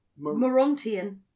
Morontian